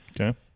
Okay